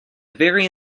very